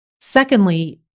Secondly